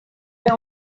were